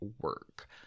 work